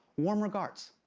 warm regards.